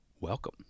welcome